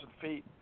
feet